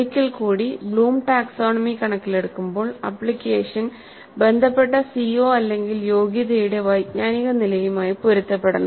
ഒരിക്കൽ കൂടി Bloom's taxonomy കണക്കിലെടുക്കുമ്പോൾ ആപ്ലിക്കേഷൻ ബന്ധപ്പെട്ട സിഒ അല്ലെങ്കിൽ യോഗ്യതയുടെ വൈജ്ഞാനികനിലയുമായി പൊരുത്തപ്പെടണം